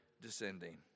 descending